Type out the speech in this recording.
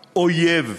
אויב,